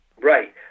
Right